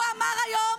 הוא אמר היום